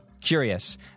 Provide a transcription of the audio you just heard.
curious